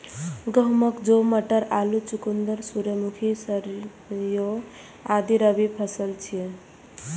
गहूम, जौ, मटर, आलू, चुकंदर, सूरजमुखी, सरिसों आदि रबी फसिल छियै